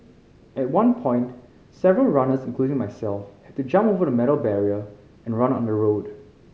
at one point several runners including myself had to jump over the metal barrier and run on the road